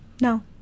No